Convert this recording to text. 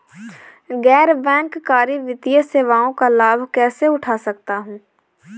गैर बैंककारी वित्तीय सेवाओं का लाभ कैसे उठा सकता हूँ?